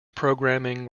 programming